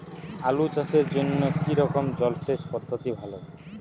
আলু চাষের জন্য কী রকম জলসেচ পদ্ধতি ভালো?